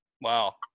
Wow